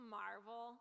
marvel